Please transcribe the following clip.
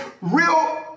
real